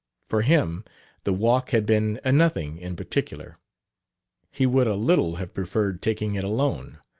for him the walk had been a nothing in particular he would a little have preferred taking it alone.